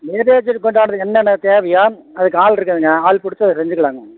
மேரேஜ்ஜுக்கு உண்டானது என்னென்ன தேவையோ அதுக்கு ஆள் இருக்குதுங்க ஆள் பிடிச்சி அதை செஞ்சுக்கலாங்க